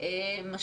צעירים,